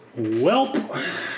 Welp